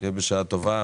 ולדימיר, שיהיה בשעה טובה.